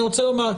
אני רוצה לומר,